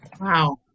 wow